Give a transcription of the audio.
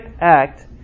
act